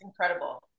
incredible